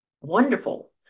wonderful